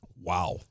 Wow